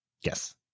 yes